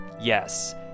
Yes